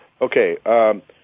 Okay